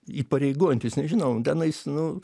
įpareigojantis nežinau tenais nu